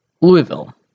Louisville